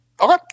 Okay